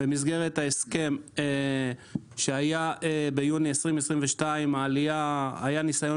במסגרת ההסכם שהיה ביוני 2022 היה ניסיון